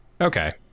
okay